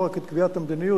לא רק את קביעת המדיניות,